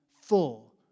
full